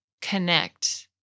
connect